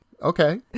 Okay